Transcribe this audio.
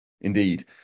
indeed